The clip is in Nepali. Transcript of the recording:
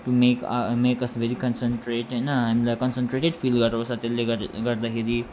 to make make us very concentrate होइन हामीलाई कन्सट्रेटेड फिल गराउँछ त्यसले गर् गर्दाखेरि